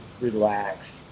relaxed